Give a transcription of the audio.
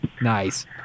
Nice